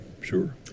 sure